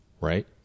right